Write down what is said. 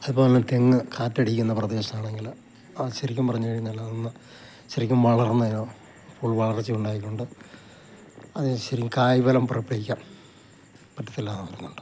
അതുപോലെതന്നെ തെങ്ങ് കാറ്റടിക്കുന്ന പ്രദേശമാണെങ്കിൽ അതു ശരിക്കും പറഞ്ഞു കഴിഞ്ഞാൽ അതെന്നു ശരിക്കും വളർന്നതോ ഫുൾ വളർച്ച ഉണ്ടായിക്കൊണ്ട് അതിനു ശരിക്കും കായ്ഫലം പുറപ്പെടുവിക്കാം പറ്റത്തില്ല എന്നുമുണ്ട്